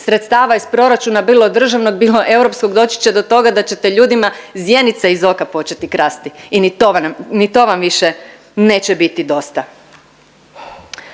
sredstava iz proračuna bilo državnog, bilo europskog doći će do toga da ćete ljudima zjenice iz oka početi krasti. I ni to vam više neće biti dosta.